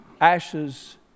ashes